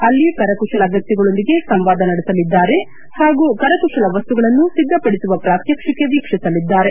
ಅಲ್ಲಿ ಕರಕುಶಲ ವ್ಯಕ್ತಿಗಳೊಂದಿಗೆ ಸಂವಾದ ನಡೆಸಲಿದ್ದಾರೆ ಹಾಗೂ ಕರಕುತಲ ವಸ್ತುಗಳನ್ನು ಸಿದ್ದ ಪಡಿಸುವ ಪ್ರಾತ್ಯಕ್ಷಿಕೆ ವೀಕ್ಷಿಸಲಿದ್ದಾರೆ